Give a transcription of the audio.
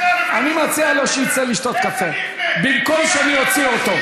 אני מציע לו שיצא לשתות קפה במקום שאני אוציא אותו.